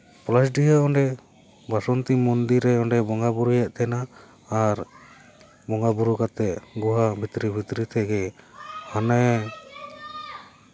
ᱯᱚᱞᱟᱥᱰᱤᱦᱟᱹ ᱚᱸᱰᱮ ᱵᱟᱥᱚᱱᱛᱤ ᱢᱚᱱᱫᱤᱨ ᱨᱮ ᱚᱸᱰᱮᱭ ᱵᱚᱸᱜᱟᱼᱵᱩᱨᱩᱭᱮᱫ ᱛᱟᱦᱮᱱᱟ ᱟᱨ ᱵᱚᱸᱜᱟᱼᱵᱩᱨᱩ ᱠᱟᱛᱮᱫ ᱜᱩᱦᱟ ᱵᱷᱤᱛᱨᱤ ᱵᱷᱤᱛᱨᱤ ᱛᱮᱜᱮ ᱦᱟᱱᱮᱭ